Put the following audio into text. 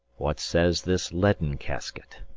what says this leaden casket?